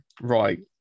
Right